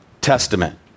Testament